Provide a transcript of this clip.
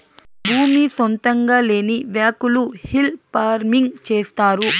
భూమి సొంతంగా లేని వ్యకులు హిల్ ఫార్మింగ్ చేస్తారు